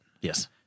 Yes